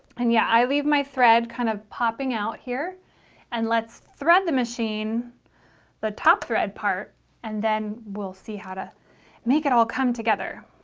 and yeah i leave my thread kind of popping out here and let's thread the machine the top thread part and then we'll see how to make it all come together.